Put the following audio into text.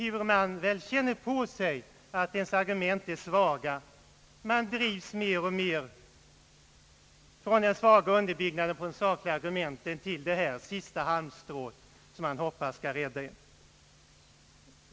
Då man känner på sig att ens argument är svaga drivs man mer och mer från den svaga underbyggnaden på de sakliga argumenten till detta sista halmstrå, som man hoppas skall utgöra räddningen.